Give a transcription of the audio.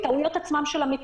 יש טעויות של המיקום.